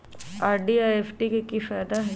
RD आ FD के कि फायदा हई?